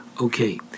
Okay